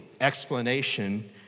explanation